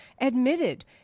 admitted